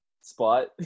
spot